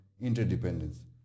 interdependence